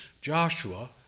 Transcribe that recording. Joshua